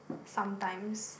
sometimes